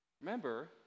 Remember